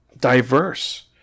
diverse